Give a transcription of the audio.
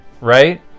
right